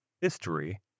history